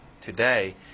today